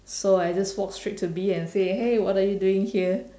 so I just walked straight to B and say hey what are you doing here